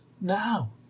now